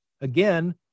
Again